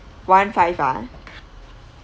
one five ah